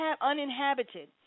uninhabited